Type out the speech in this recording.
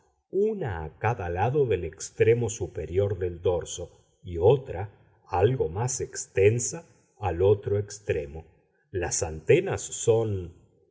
una a cada lado del extremo superior del dorso y otra algo más extensa al otro extremo las antenas son